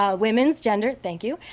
ah women's gender thank you,